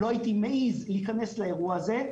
לא הייתי מעז להיכנס לאירוע הזה,